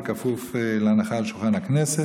כפוף להנחה על שולחן הכנסת.